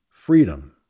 Freedom